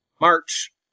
March